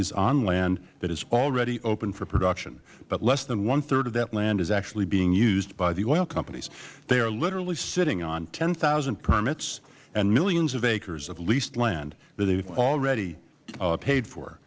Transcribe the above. is on land that is already open for production but less than one third of that land is actually being used by the oil companies they are literally sitting on ten thousand permits and millions of acres of leased land that they have already paid for